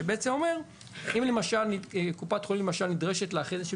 שאומר שאם למשל קופת חולים נדרשת להכין איזה שהם